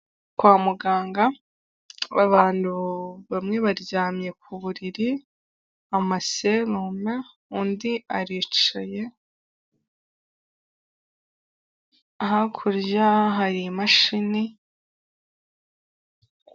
Kwa muganga abantu bamwe baryamye ku buriri, amaserume undi aricaye, hakurya hari imashini.